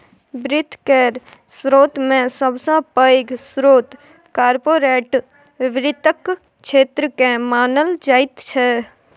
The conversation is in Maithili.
वित्त केर स्रोतमे सबसे पैघ स्रोत कार्पोरेट वित्तक क्षेत्रकेँ मानल जाइत छै